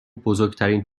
بزرگترین